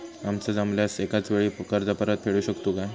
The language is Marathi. आमका जमल्यास एकाच वेळी कर्ज परत फेडू शकतू काय?